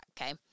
okay